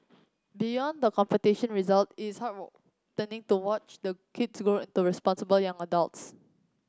beyond the competition result is to watch the kids grow into responsible young adults